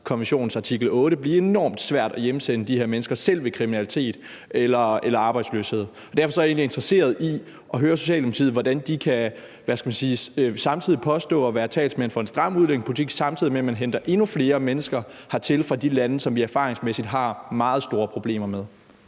artikel 8, blive enormt svært at hjemsende de her mennesker selv ved kriminalitet eller arbejdsløshed. Derfor er jeg egentlig interesseret i at høre Socialdemokratiet, hvordan de kan påstå at være talsmænd for en stram udlændingepolitik, samtidig med at de henter endnu flere mennesker hertil fra de lande, som vi erfaringsmæssigt har meget store problemer med.